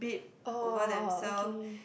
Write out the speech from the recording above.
uh uh uh uh okay okay okay